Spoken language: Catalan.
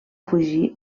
fugir